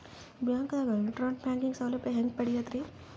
ಬ್ಯಾಂಕ್ದಾಗ internet banking ಸೌಲಭ್ಯ ಹೆಂಗ್ ಪಡಿಯದ್ರಿ?